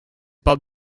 bob